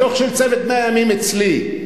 הדוח של צוות 100 הימים אצלי.